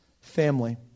family